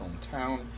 hometown